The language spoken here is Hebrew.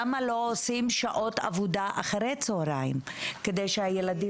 למה לא עושים שעות עבודה אחרי-הצוהריים כדי שהילדים